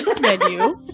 Menu